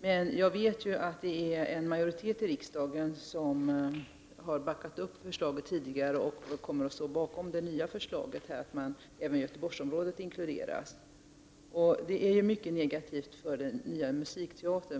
Men jag vet ju att en majoritet i riksdagen tidigare har backat upp förslaget och kommer att stå bakom även det nya förslaget att också Göteborgsområdet skall inkluderas. Det är mycket negativt för den nya musikteatern.